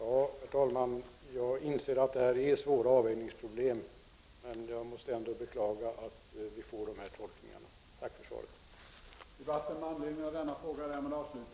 Herr talman! Jag inser att detta utgör svåra avvägningsproblem. Men jag måste ändå beklaga att dessa tolkningar görs. Tack för svaret.